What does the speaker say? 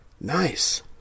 Nice